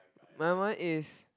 my one is